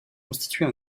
constituer